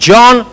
John